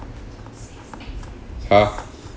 !huh!